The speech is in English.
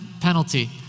penalty